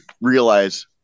realize